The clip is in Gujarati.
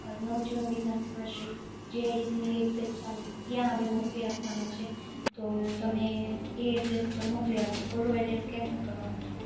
અ નવજીવન વિકલાંક શિવાશ્રય જી આઇ ડી સીની એક્ઝેટ સામે ત્યાં હવે મોકલી આપવાનું છે તો તમે એ એડ્રેસ પર મોકલી આપજો ઓલું એડ્રેસ કેન્સલ કરવાનું છે